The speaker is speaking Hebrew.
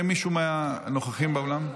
האם מישהו מהדוברים באולם?